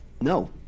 No